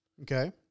Okay